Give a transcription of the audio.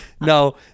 no